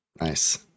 nice